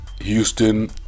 Houston